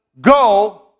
go